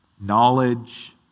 knowledge